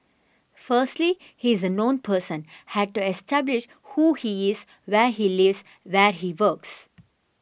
firstly he is a known person had to establish who he is where he lives where he works